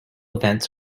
events